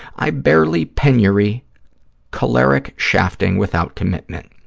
i barely penury choleric shafting without commitment.